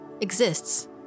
exists